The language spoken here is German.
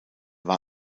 war